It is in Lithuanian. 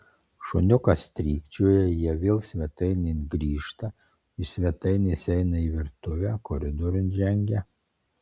šuniukas strykčioja jie vėl svetainėn sugrįžta iš svetainės eina į virtuvę koridoriun žengia